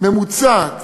ממוצעת